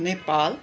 Nepal